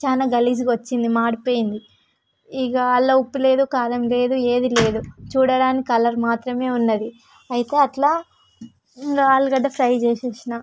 చాలా గలీజ్గా వచ్చింది మాడిపోయింది ఇక అందులో ఉప్పులేదు కారం లేదు ఏది లేదు చూడడానికి కలర్ మాత్రమే ఉంది అయితే అలా ఆలుగడ్డ ఫ్రై చేసాను